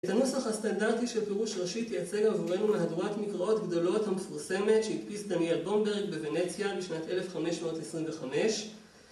את הנוסח הסטנדרטי של פירוש רש"י תייצג עבורנו מהדורת מקראות גדולות המפורסמת שהדפיס דניאל בונברג בוונציה בשנת 1525